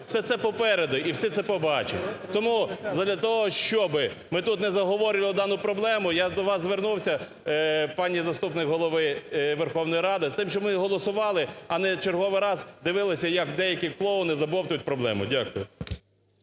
Все це попереду і всі це побачать. Тому задля того, щоб ми тут не заговорювали дану проблему, я до вас звернувся, пані заступник Голови Верховної Ради з тим, щоб ми голосували, а не в черговий раз дивились, як деякі клоуни забовтують проблеми. Дякую.